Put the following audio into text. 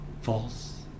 false